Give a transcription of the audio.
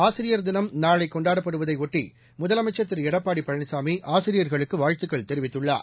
ஆசிரியர் தினம் நாளை கொண்டாடப்படுவதை ஒட்டி முதலமைச்சர் திரு எடப்பாடி பழனிசாமி ஆசிரியர்களுக்கு வாழ்த்துக்கள் தெரிவித்துள்ளர்